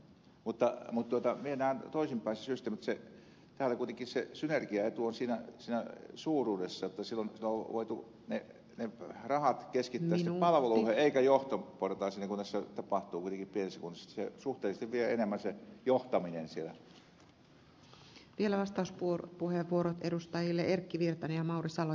mutta viedään toisinpäin se systeemi kun täällä kuitenkin se synergiaetu on siinä suuruudessa niin että silloin on voitu ne rahat keskittää palveluihin eikä johtoportaisiin niin kuin tässä tapahtuu kuitenkin pienissä kunnissa että suhteellisesti vie enemmän se johtaminen siellä